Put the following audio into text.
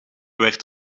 werd